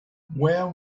where